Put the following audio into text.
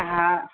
हा